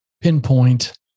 pinpoint